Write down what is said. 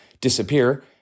disappear